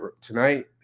tonight